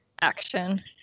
action